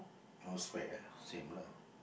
no spec ah same lah